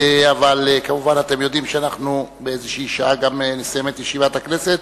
אבל אתם יודעים שבאיזושהי שעה נסיים את ישיבת הכנסת,